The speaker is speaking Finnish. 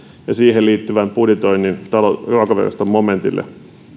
ja siihen liittyvän budjetoinnin ruokaviraston momentille